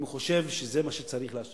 אם הוא חושב שזה מה שצריך לעשות,